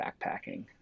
backpacking